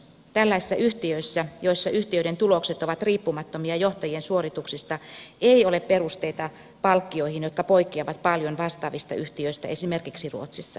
tällaisissa yhtiöissä joissa yhtiöiden tulokset ovat riippumattomia johtajien suorituksista ei ole perusteita palkkioihin jotka poikkeavat paljon vastaavista yhtiöistä esimerkiksi ruotsissa